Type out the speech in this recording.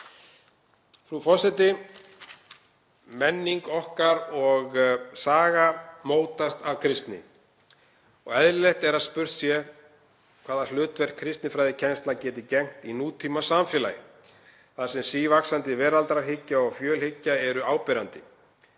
Frú forseti. Menning okkar og saga mótast af kristni og eðlilegt er að spurt sé hvaða hlutverki kristinfræðikennsla geti gegnt í nútímasamfélagi, þar sem sívaxandi veraldarhyggja og fjölhyggja eru áberandi.